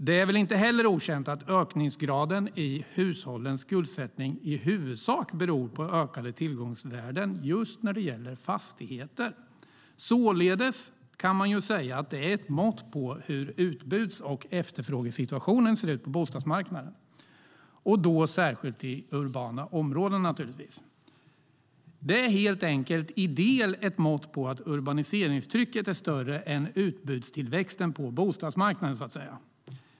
Det är väl inte heller okänt att ökningsgraden i hushållens skuldsättning i huvudsak beror på ökade tillgångsvärden när det gäller just fastigheter. Således är det ett mått på hur utbuds och efterfrågesituationen ser ut på bostadsmarknaden, och då särskilt i urbana områden. Det är helt enkelt i del ett mått på att urbaniseringstrycket är större än utbudstillväxten på bostadsmarknaden.